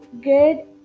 good